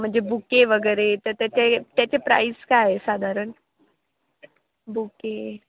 म्हणजे बुके वगैरे तर त्याचे त्याचे प्राईस काय आहे साधारण बुके